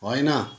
होइन